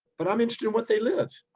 but i'm interested in what they live.